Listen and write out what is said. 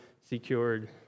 secured